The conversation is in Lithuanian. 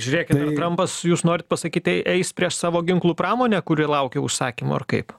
žiūrėkit trampas jūs norit pasakyt ei eis prieš savo ginklų pramonę kuri laukia užsakymų ar kaip